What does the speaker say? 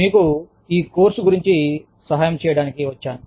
మీకు ఈ కోర్స్ గురించి సాయం చేయడానికి వచ్చాను